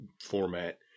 format